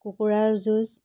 কুকুুৰৰাৰ যুঁজ